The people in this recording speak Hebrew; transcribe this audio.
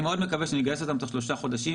אני מאוד מקווה שנגייס אותם תוך שלושה חודשים.